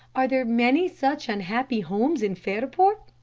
are there many such unhappy homes in fairport?